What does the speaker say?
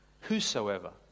whosoever